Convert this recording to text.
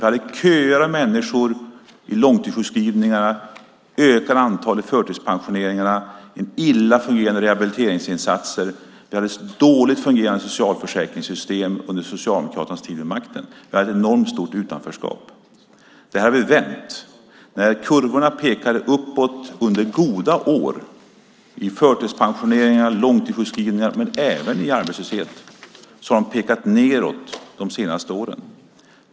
Under Socialdemokraternas tid vid makten hade vi köer av människor i långtidssjukskrivningar, ett ökat antal i förtidspensioneringar, illa fungerande rehabiliteringsinsatser och ett dåligt fungerande socialförsäkringssystem. Vi hade ett enormt stort utanförskap. Det här har vi vänt. När kurvorna pekade uppåt under goda år vad gällde förtidspensioneringar, långtidssjukskrivningar men även i arbetslöshet, har de pekat nedåt de senaste åren.